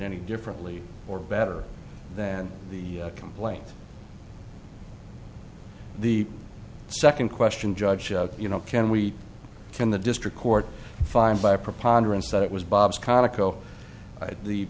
any differently or better than the complaint the second question judge you know can we can the district court find by a preponderance that it was